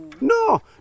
no